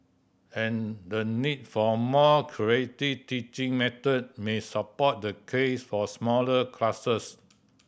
and the need for more creative teaching method may support the case for smaller classes